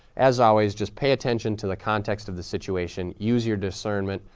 as always, just pay attention to the context of the situation, use your discernment,